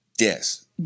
Yes